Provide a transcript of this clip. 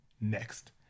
next